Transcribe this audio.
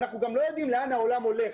אנחנו גם לא יודעים לאן העולם הולך,